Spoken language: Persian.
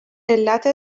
علت